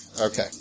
Okay